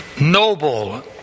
noble